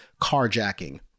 carjacking